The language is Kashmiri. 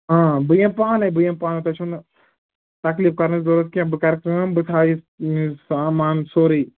آ بہٕ یِمہٕ پانَے بہٕ یِمہٕ پانے تۄہہِ چھُو نہٕ تکلیٖف کَرنٕچ ضروٗرت کیٚنٛہہ بہٕ کَرٕ کٲم بہٕ تھاوٕ یہِ سامان سورُے